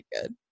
good